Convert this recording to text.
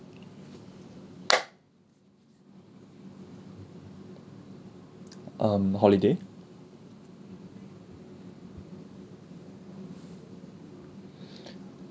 um holiday